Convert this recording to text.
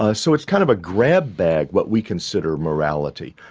ah so it's kind of a grab bag, what we consider morality,